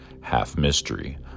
half-mystery